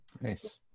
Nice